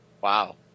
Wow